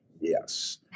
Yes